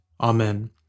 Amen